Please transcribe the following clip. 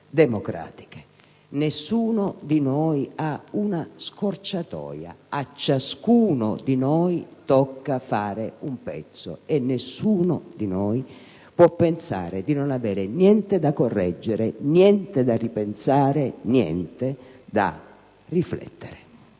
democratiche. Nessuno di noi ha una scorciatoia; a ciascuno di noi tocca fare un pezzo e nessuno di noi può pensare di non avere niente da correggere, niente da ripensare, niente da riflettere.